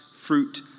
fruit